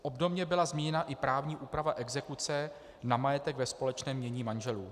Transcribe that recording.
Obdobně byla změněna i právní úprava exekuce na majetek ve společném jmění manželů.